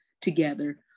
together